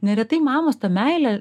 neretai mamos tą meilę